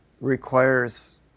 requires